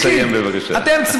תסיים, בבקשה.